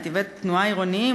נתיבי תחבורה עירוניים,